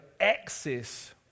access